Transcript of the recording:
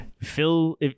Phil